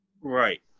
Right